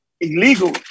illegal